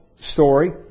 story